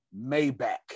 Maybach